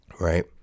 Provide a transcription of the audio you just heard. right